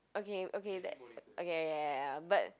okay okay that okay ya ya ya ya but